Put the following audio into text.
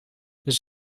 dus